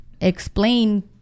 explain